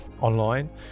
online